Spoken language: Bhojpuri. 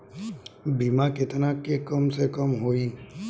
बीमा केतना के कम से कम होई?